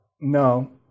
No